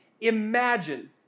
imagine